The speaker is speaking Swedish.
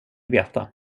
veta